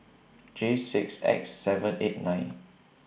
J six X seven eight nine